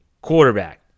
quarterback